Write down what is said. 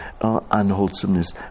unwholesomeness